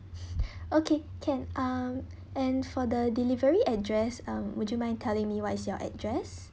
okay can um and for the delivery address um would you mind telling me what is your address